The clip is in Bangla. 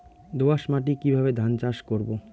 দোয়াস মাটি কিভাবে ধান চাষ করব?